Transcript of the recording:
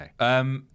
okay